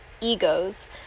egos